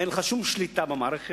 אין לך שום שליטה במערכת,